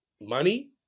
Money